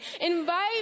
Invite